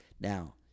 Now